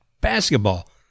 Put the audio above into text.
basketball